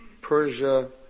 Persia